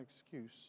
excuse